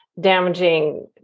damaging